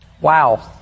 wow